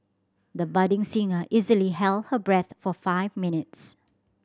the budding singer easily held her breath for five minutes